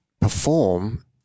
perform